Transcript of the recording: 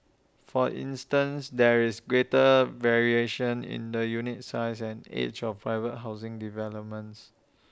for instance there is greater variation in the unit size and age of private housing developments